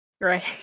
right